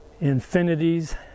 infinities